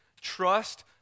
trust